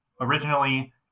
originally